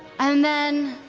um then